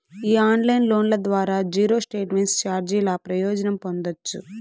ఈ ఆన్లైన్ లోన్ల ద్వారా జీరో స్టేట్మెంట్ చార్జీల ప్రయోజనం పొందచ్చు